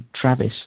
Travis